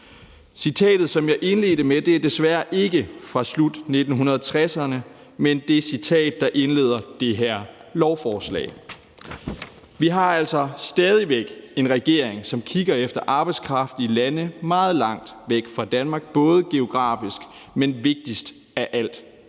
Citatet, som jeg indledte med, er desværre ikke fra slutningen af 1960'erne, men det er det citat, der indleder det her lovforslag. Vi har altså stadig væk en regering, som kigger efter arbejdskraft i lande, som er meget langt væk fra Danmark, både geografisk, men vigtigst af alt